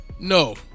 No